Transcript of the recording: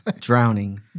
Drowning